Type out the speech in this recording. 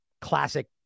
Classic